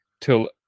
till